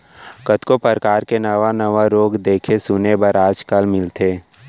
कतको परकार के नावा नावा रोग देखे सुने बर आज काल मिलथे